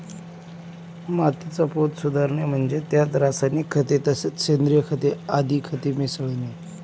मातीचा पोत सुधारणे म्हणजे त्यात रासायनिक खते तसेच सेंद्रिय खते आदी खते मिसळणे